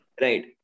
Right